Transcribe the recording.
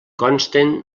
consten